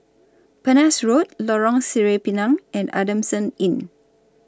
Penhas Road Lorong Sireh Pinang and Adamson Inn